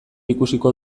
ikusiko